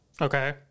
okay